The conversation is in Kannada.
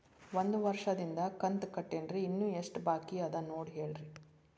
ಒಂದು ವರ್ಷದಿಂದ ಕಂತ ಕಟ್ಟೇನ್ರಿ ಇನ್ನು ಎಷ್ಟ ಬಾಕಿ ಅದ ನೋಡಿ ಹೇಳ್ರಿ